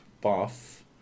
buff